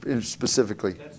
specifically